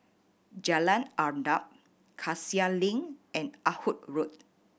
Jalan Arnap Cassia Link and Ah Hood Road